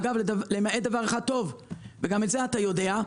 אגב, למעט דבר אחד טוב וגם את זה אתה יודע.